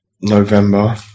November